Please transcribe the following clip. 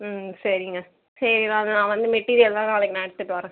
ம் சரிங்க சரி வரேன் நான் வந்து மெட்டீரியல்லாம் நாளைக்கு நான் எடுத்துகிட்டு வரேன்